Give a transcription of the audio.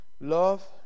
Love